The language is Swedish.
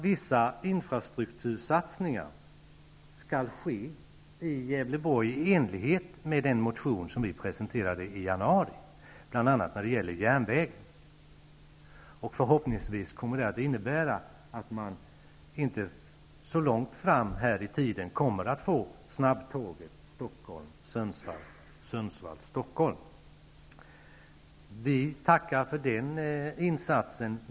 Vissa infrastruktursatsningar skall ske i Gävleborgs län i enlighet med den motion som vi väckte i januari, bl.a. när det gäller järnvägen. Förhoppningsvis kommer det att innebära att det om inte alltför lång tid kommer att bli ett snabbtåg mellan Stockholm och Sundsvall och mellan Sundsvall och Stockholm. Vi tackar för den insatsen.